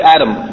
Adam